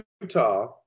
Utah